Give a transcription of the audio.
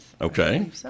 Okay